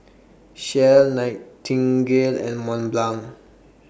Shell Nightingale and Mont Blanc